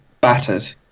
battered